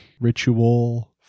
ritual